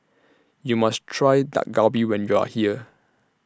YOU must Try Dak Galbi when YOU Are here